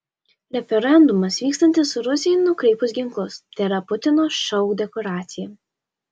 referendumas vykstantis rusijai nukreipus ginklus tėra putino šou dekoracija